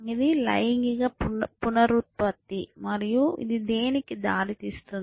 ఇది లైంగిక పునరుత్పత్తి మరియు ఇది దేనికి దారితీస్తుంది